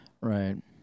Right